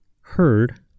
heard